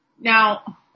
Now